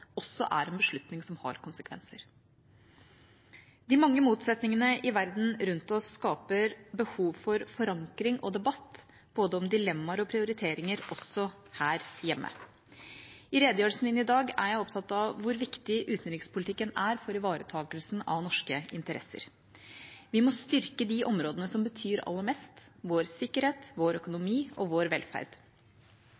også er en beslutning som har konsekvenser. De mange motsetningene i verden rundt oss skaper behov for forankring og debatt om både dilemmaer og prioriteringer – også her hjemme. I redegjørelsen min i dag er jeg opptatt av hvor viktig utenrikspolitikken er for ivaretakelsen av norske interesser. Vi må styrke de områdene som betyr aller mest – vår sikkerhet, vår